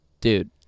Dude